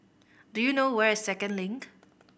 do you know where is Second Link